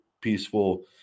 peaceful